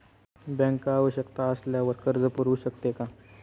Bank आवश्यकता असल्यावर कर्ज पुरवू शकते का?